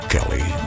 Kelly